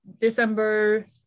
December